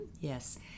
Yes